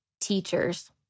teachers